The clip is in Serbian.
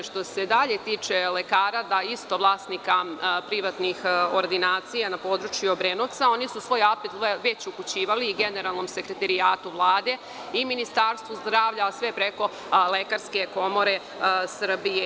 Dalje, što se tiče lekara isto vlasnika privatnih ordinacija na području Obrenovca, oni su svoj apel već upućivali i Generalnom sekretarijatu Vlade i Ministarstvu zdravlja, ali sve preko Lekarske komore Srbije.